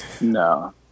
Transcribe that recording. No